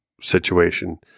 situation